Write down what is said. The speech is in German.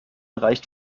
reicht